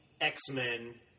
X-Men